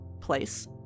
place